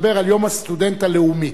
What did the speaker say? הסטודנט הלאומי,